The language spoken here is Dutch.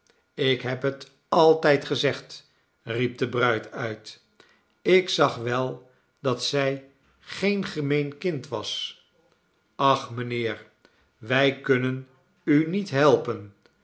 ik heb het altijd gezegd riep de bruid uit ik zag wel dat zij geen gemeen kind was ach mijnheer wij kunnen u niet helpen